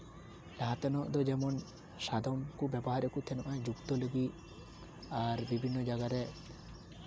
ᱞᱟᱦᱟ ᱛᱮᱱᱚᱜ ᱫᱚ ᱡᱮᱢᱚᱱ ᱥᱟᱫᱚᱢ ᱠᱚ ᱵᱮᱵᱚᱦᱟᱨᱮᱠᱚ ᱛᱟᱦᱮᱱᱟ ᱡᱩᱫᱽᱫᱷᱚ ᱞᱟᱹᱜᱤᱫ ᱟᱨ ᱵᱤᱵᱷᱤᱱᱱᱚ ᱡᱟᱭᱜᱟ ᱨᱮ